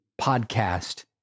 podcast